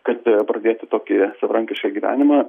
kad pradėti tokį savarankišką gyvenimą